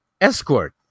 escort